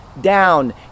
down